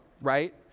right